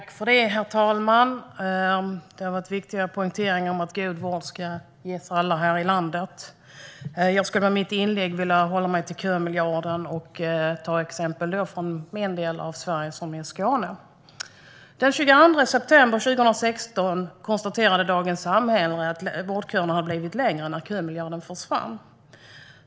Herr talman! Det har gjorts viktiga poänger om att god vård ska ges till alla här i landet. Jag skulle i mitt inlägg vilja hålla mig till kömiljarden och ta exempel från min del av Sverige, vilket är Skåne. Den 22 september 2016 konstaterade Dagens Samhälle att vårdköerna har blivit längre sedan kömiljarden försvann.